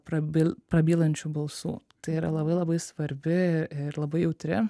prabil prabylančių balsų tai yra labai labai svarbi ir labai jautri